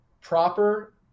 proper